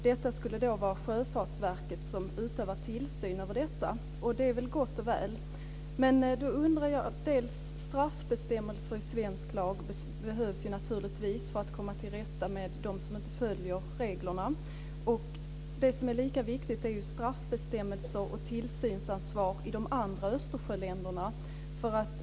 Det är Sjöfartsverket som ska utöva den tillsynen, och det är gott och väl. Då behövs det naturligtvis straffbestämmelser i svensk lag för att man ska komma till rätta med dem som inte följer reglerna. Det som är lika viktigt är straffbestämmelser och tillsynsansvar i de andra Östersjöländerna.